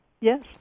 Yes